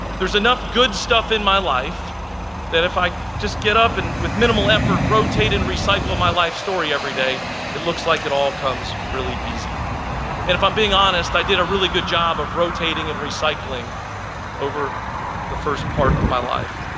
there's enough good stuff in my life that if i just get up and with minimal effort rotate and recycle my life story everyday it looks like it all comes really easy. and if i'm being honest, i did a really good job of rotating and recycling over the first part of my life.